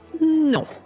No